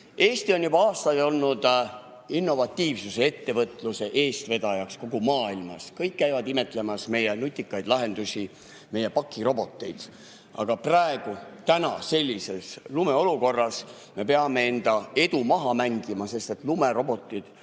Eesti on juba aastaid olnud innovatiivsuse ja ettevõtluse eestvedaja kogu maailmas – kõik käivad imetlemas meie nutikaid lahendusi, meie pakiroboteid. Aga praegu, sellises olukorras, nagu täna on, me peame enda edu maha mängima, sest pakirobotid